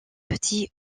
petits